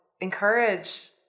encourage